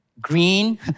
green